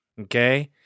okay